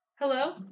Hello